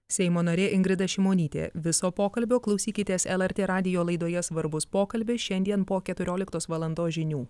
seimo narė ingrida šimonytė viso pokalbio klausykitės lrt radijo laidoje svarbus pokalbis šiandien po keturioliktos valandos žinių